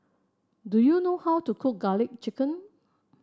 do you know how to cook garlic chicken